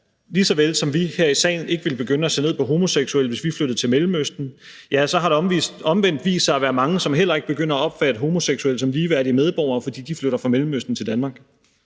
Lige så vel som vi her i salen ikke ville begynde at se ned på homoseksuelle, hvis vi flyttede til Mellemøsten, har der omvendt vist sig at være mange, som heller ikke begynder at opfatte homoseksuelle som ligeværdige medborgere, fordi de flytter fra Mellemøsten til Danmark.